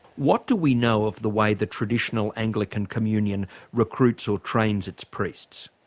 what do we know of the way the traditional anglican communion recruits or trains its priests?